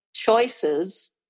choices